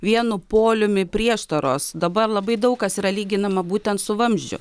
vienu poliumi prieštaros dabar labai daug kas yra lyginama būtent su vamzdžiu